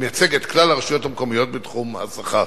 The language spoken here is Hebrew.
המייצג את כלל הרשויות בתחום השכר.